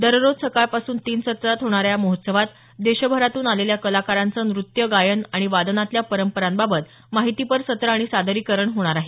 दररोज सकाळपासून तीन सत्रात होणाऱ्या या महोत्सवात देशभरातून आलेल्या कलाकारांचं नृत्य गायन आणि वादनातल्या परंपरांबाबत माहितीपर सत्र आणि सादरीकरण होणार आहे